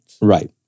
Right